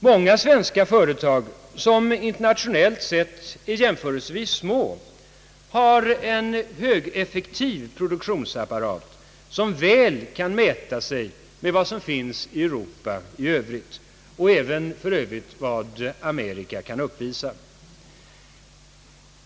Många svenska företag, som internationellt sätt är jämförelsevis små, har en högeffektiv produktionsapparat som väl kan mäta sig med vad som finns i Europa i övrigt och även med vad Amerika kan uppvisa.